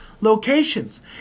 locations